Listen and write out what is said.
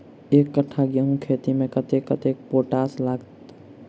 एक कट्ठा गेंहूँ खेती मे कतेक कतेक पोटाश लागतै?